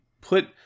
put